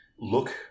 look